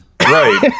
Right